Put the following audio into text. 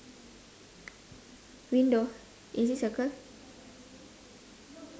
window is it circle